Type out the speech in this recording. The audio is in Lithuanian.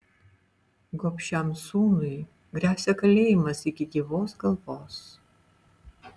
gobšiam sūnui gresia kalėjimas iki gyvos galvos